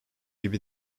gibi